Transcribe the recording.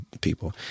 people